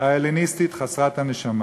ההלניסטית חסרת הנשמה.